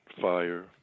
Fire